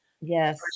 Yes